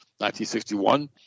1961